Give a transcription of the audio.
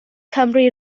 cymru